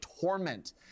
torment